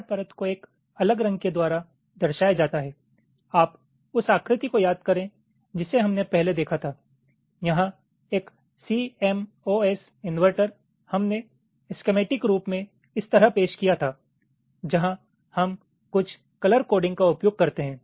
हर परत को एक अलग रंग के द्वारा दर्शाया जाता है आप उस आकृति को याद करे जिसे हमने पहले देखा था यहाँ एक सीएमओएस इन्वर्टर हमने इस्केमेटीक रूप में इस तरह पेश किया था जहाँ हम कुछ कलर कोडिंग का उपयोग करते हैं